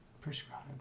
prescribed